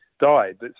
died